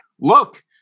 look